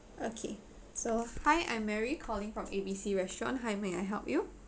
okay so hi I'm mary calling from A_B_C restaurant how may I help you